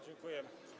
Dziękuję.